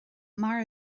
mar